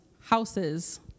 houses